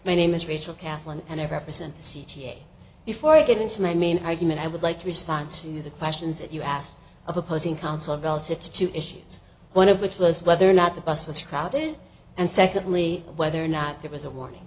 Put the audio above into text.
my name is rachel kathleen and i represent c t a before i get into my main argument i would like to respond to the questions that you asked of opposing counsel relative to two issues one of which was whether or not the bus was crowded and secondly whether or not there was a warning